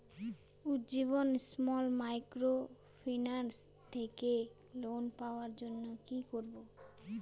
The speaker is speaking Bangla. উজ্জীবন স্মল মাইক্রোফিন্যান্স থেকে লোন পাওয়ার জন্য কি করব?